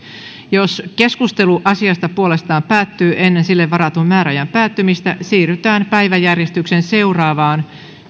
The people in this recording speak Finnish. jos keskustelu asiasta puolestaan päättyy ennen sille varatun määräajan päättymistä siirrytään päiväjärjestyksen seuraavaan